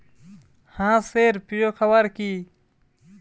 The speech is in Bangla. হাঁস এর প্রিয় খাবার কি?